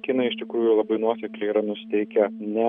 kinai iš tikrųjų labai nuosekliai yra nusiteikę ne